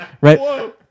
Right